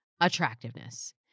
attractiveness